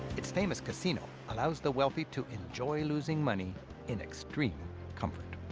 its famous casino allows the wealthy to enjoy losing money in extreme comfort.